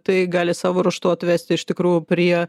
tai gali savo ruožtu atvesti iš tikrųjų prie